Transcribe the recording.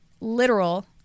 literal